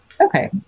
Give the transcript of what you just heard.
okay